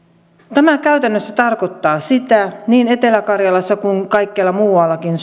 tämä käytännössä tarkoittaa sitä niin etelä karjalassa kuin kaikkialla muuallakin